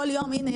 אבל הנה,